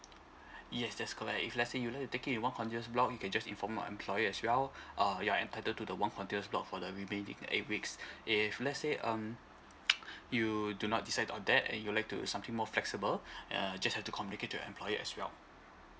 yes that's correct if let's say you'll like to take it in one continuous block you can just inform your employer as well uh you're entitled to the one continuous block for the remaining eight weeks if let's say um you do not decide on that and you'll like to something more flexible uh just have to communicate to your employer as well